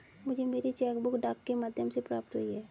मुझे मेरी cheque book डाक के माध्यम से प्राप्त हुई है